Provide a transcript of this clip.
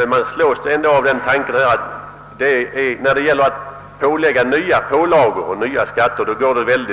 Men man slås ändå av tanken att det går mycket lätt och kvickt att införa nya pålagor och skatter, men när det